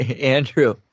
andrew